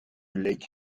lake